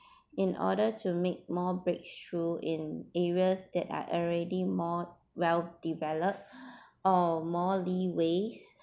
in order to make more breakthrough in areas that are already more well developed or more leeways